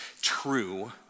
true